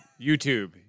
YouTube